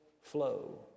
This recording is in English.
flow